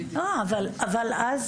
אבל אז